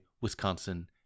Wisconsin